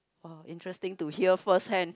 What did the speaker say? ah interesting to hear firsthand